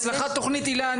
לגבי הצלחת תוכנית היל"ה,